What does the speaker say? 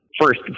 first